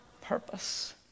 purpose